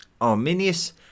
Arminius